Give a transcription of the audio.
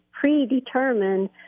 predetermined